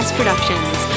Productions